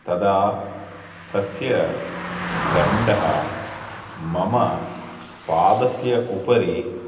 तदा तस्य दण्डः मम पादस्य उपरि